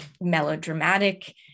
melodramatic